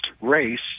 race